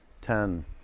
Ten